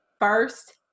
first